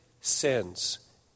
sins